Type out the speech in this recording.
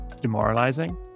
demoralizing